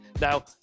Now